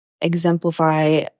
exemplify